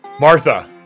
Martha